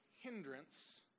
hindrance